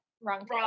wrong